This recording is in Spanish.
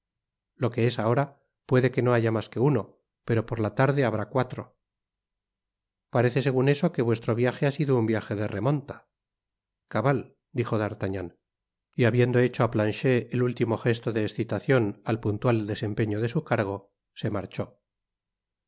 lo que es ahora puede que no haya mas que uno pero por la tarde habrá cuatro parece segun eso que noestro viaje ha sido un viaje de remonta cabal dijo d'artagnan y habiendo hecho á planchet el último jesto de escitacion al puntual desempeño de su cargo se marchó